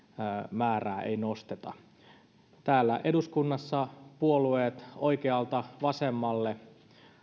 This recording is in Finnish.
määrää ei nosteta täällä eduskunnassa puolueet oikealta vasemmalle